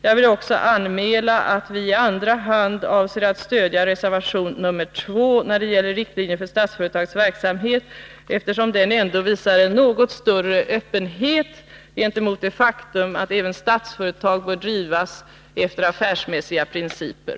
Jag vill också anmäla att vi i andra hand avser att stödja reservation nr 2 när det gäller riktlinjer för Statsföretags verksamhet, eftersom den reservationen ändå visar en något större öppenhet gentemot det faktum att även Statsföretag bör drivas efter affärsmässiga principer.